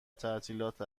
تعطیلات